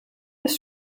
des